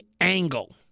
angle